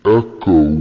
echo